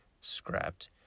scrapped